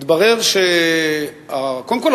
קודם כול,